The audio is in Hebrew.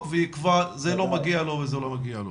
ויקבע 'זה לא מגיע לו' ו'זה לא מגיע לו'.